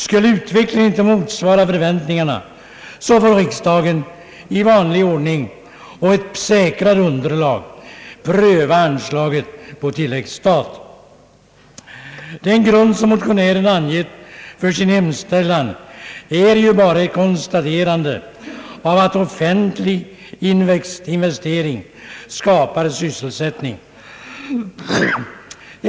Skulle utvecklingen inte motsvara förväntningarna, får riksdagen i vanlig ordning och på ett säkrare underlag pröva anslag på tilläggsstat. Den grund som motionärerna angett för sin hemställan är ju bara ett konstaterande av att offentlig investering skapar sysselsättning.